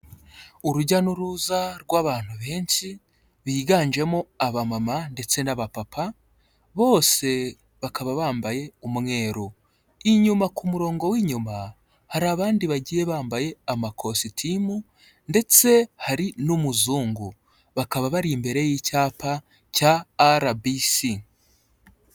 Urujya n'uruza rw'abantu benshi biganjemo abamama ndetse n'abapapa bose bakaba bambaye umweru, inyuma ku murongo w'inyuma hari abandi bagiye bambaye amakositimu ndetse hari n'umuzungu, bakaba bari imbere y'icyapa cya RBC.